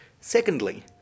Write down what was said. Secondly